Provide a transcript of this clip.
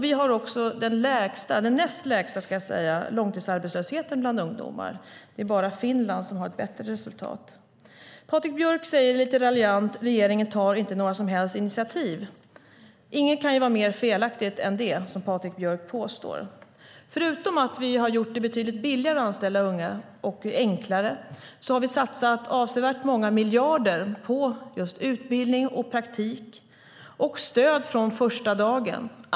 Vi har den näst lägsta långtidsarbetslösheten bland ungdomar. Det är bara Finland som har ett bättre resultat. Patrik Björck säger lite raljant: Regeringen tar inte några som helst initiativ. Inget kan vara mer felaktigt än det som Patrik Björck påstår. Förutom att vi har gjort det betydligt billigare och enklare att anställa unga har vi satsat avsevärt många miljarder på just utbildning och praktik och stöd från första dagen.